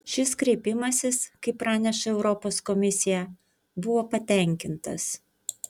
šis kreipimasis kaip praneša europos komisija buvo patenkintas